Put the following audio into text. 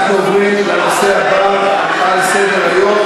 אנחנו עוברים לנושא הבא על סדר-היום: